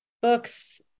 books